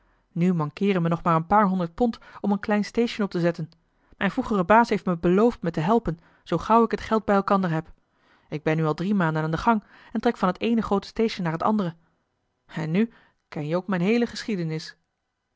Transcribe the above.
nu mankeeren me nog maar een paar honderd pond om een klein station op te zetten mijn vroegere baas heeft me beloofd me te helpen zoo gauw ik het geld bij elkander heb ik ben nu al drie maanden aan den gang en trek van het eene groote station naar het andere en nu ken je ook mijn heele geschiedenis